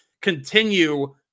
continue